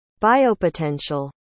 biopotential